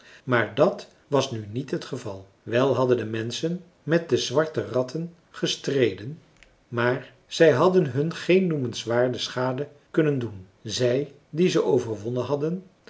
maar dat was nu niet het geval wel hadden de menschen met de zwarte ratten gestreden maar zij hadden hun geen noemenswaarde schade kunnen doen zij die ze overwonnen hadden